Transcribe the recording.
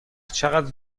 چقدر